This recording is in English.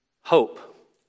hope